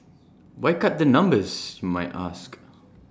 why cut the numbers you might ask